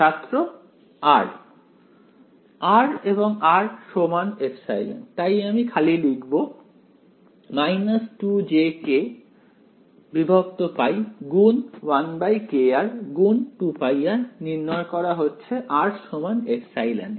ছাত্র r r এবং r সমান ε তাই আমি খালি লিখব 2jkπ গুণ 1kr গুণ 2πr নির্ণয় করা হচ্ছে r সমান ε এ